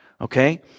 Okay